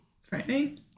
frightening